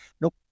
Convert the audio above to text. nope